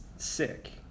sick